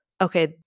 Okay